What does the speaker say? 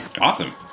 Awesome